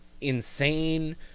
insane